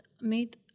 made